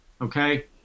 okay